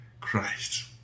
Christ